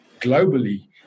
globally